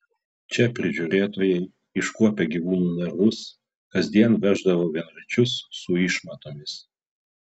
čia prižiūrėtojai iškuopę gyvūnų narvus kasdien veždavo vienračius su išmatomis